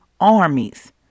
armies